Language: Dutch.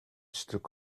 stuk